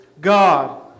God